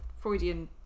Freudian